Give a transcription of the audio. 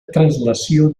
translació